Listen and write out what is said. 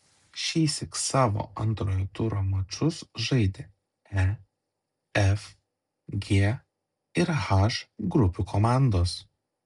šįsyk savo antrojo turo mačus žaidė e f g ir h grupių komandos